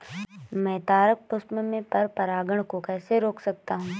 मैं तारक पुष्प में पर परागण को कैसे रोक सकता हूँ?